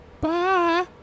Bye